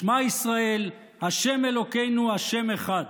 "שמע ישראל ה' אלוקינו ה' אחד".